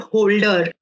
Holder